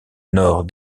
nord